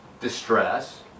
distress